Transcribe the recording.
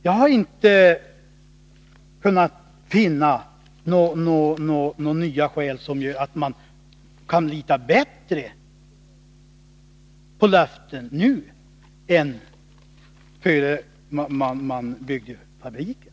Jag har inte kunnat finna några nya skäl som gör att man kan lita mera på löften nu än innan fabriken byggdes.